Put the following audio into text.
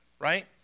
right